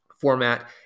format